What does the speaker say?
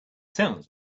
sounds